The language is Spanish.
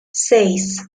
seis